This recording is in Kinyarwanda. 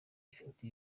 ifite